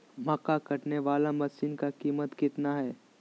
मक्का कटने बाला मसीन का कीमत कितना है?